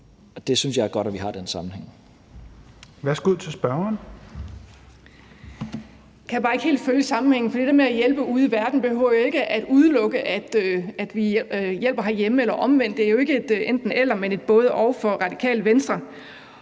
Petersen): Værsgo til spørgeren. Kl. 16:10 Kathrine Olldag (RV): Jeg kan bare ikke helt følge sammenhængen, for det der med at hjælpe ude i verden behøver jo ikke at udelukke, at vi hjælper herhjemme eller omvendt. Det er jo ikke et enten-eller, men et både-og for Radikale Venstre.